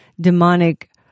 demonic